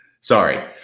Sorry